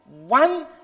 one